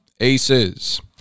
aces